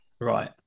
Right